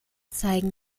zeigen